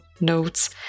notes